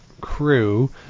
crew